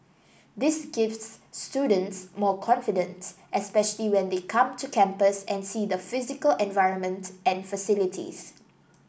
this gives students more confidence especially when they come to campus and see the physical environment and facilities